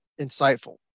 insightful